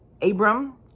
Abram